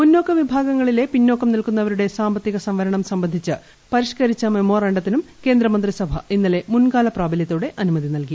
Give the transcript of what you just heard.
മുന്നാക്ക വിഭാഗങ്ങളിലെ പിന്നാക്കം നിൽക്കുന്നവരുടെ സാമ്പത്തിക സംവരണം സംബന്ധിച്ച് പരിഷ്കരിച്ച മെമ്മോറാണ്ടത്തിനും കേന്ദ്രമന്ത്രിസഭ ഇന്നലെ മുൻകാല പ്രാബല്യത്തോടെ അനുമതി നൽകി